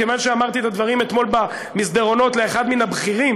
כיוון שאמרתי את הדברים אתמול במסדרונות לאחד מן הבכירים